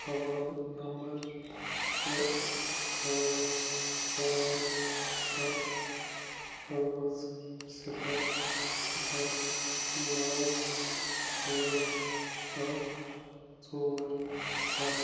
حوالہٕ نمبَر شےٚ پانٛژھ پانٛژھ سَتھ پانٛژھ صِفَر صِفَر نَو ٲٹھ اَکھ ژور سَتھ